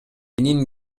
менин